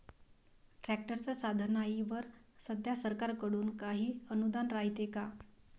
ट्रॅक्टरच्या साधनाईवर सध्या सरकार कडून काही अनुदान रायते का?